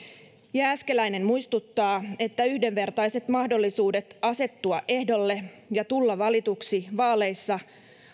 jääskeläinen muistuttaa että yhdenvertaiset mahdollisuudet asettua ehdolle ja tulla valituksi vaaleissa